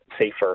safer